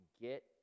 get